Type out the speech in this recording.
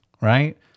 right